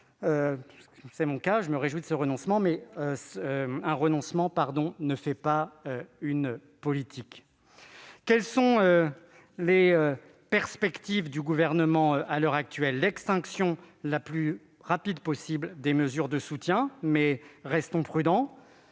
publique. Je me réjouis de ce renoncement, mais un renoncement ne fait pas une politique. Quelles sont donc les perspectives du Gouvernement à l'heure actuelle ? L'extinction la plus rapide possible des mesures de soutien ? Restons prudents.